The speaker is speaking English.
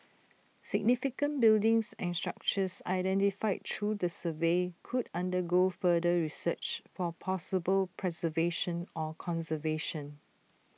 significant buildings and structures identified through the survey could undergo further research for possible preservation or conservation